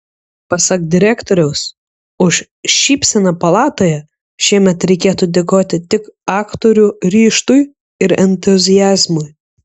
pasak direktoriaus už šypseną palatoje šiemet reikėtų dėkoti tik aktorių ryžtui ir entuziazmui